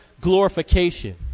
glorification